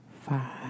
five